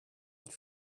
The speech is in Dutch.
het